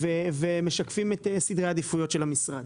ומשקפים את סדרי העדיפויות של המשרד.